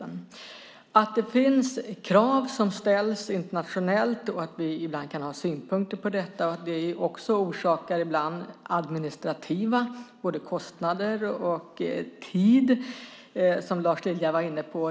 Att det ställs krav internationellt och att vi ibland kan ha synpunkter på detta orsakar ibland administrativa kostnader och tid, som Lars Lilja var inne på.